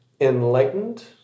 Enlightened